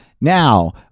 Now